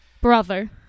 brother